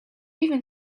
even